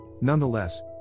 Nonetheless